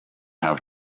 have